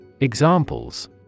Examples